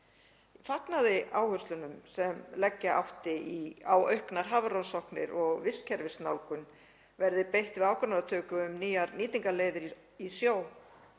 fagnaði áherslunum sem leggja átti á auknar hafrannsóknir og að vistkerfisnálgun verði beitt við ákvarðanatöku um nýjar nýtingarleiðir í sjó,